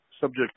subject